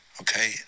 okay